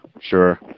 sure